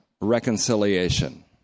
reconciliation